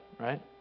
right